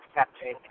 accepting